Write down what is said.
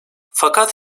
fakat